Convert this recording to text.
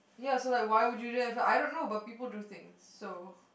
ya so like why would you do that I don't know but people do things so